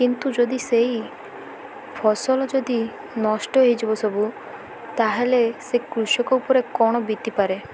କିନ୍ତୁ ଯଦି ସେଇ ଫସଲ ଯଦି ନଷ୍ଟ ହୋଇଯିବ ସବୁ ତାହେଲେ ସେ କୃଷକ ଉପରେ କ'ଣ ବିତିପାରେ